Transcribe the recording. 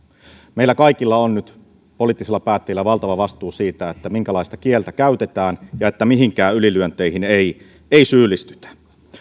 meillä kaikilla on nyt poliittisilla päättäjillä valtava vastuu siitä minkälaista kieltä käytetään ja että mihinkään ylilyönteihin ei ei syyllistytä